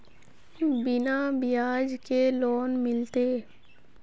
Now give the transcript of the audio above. बिना ब्याज के लोन मिलते?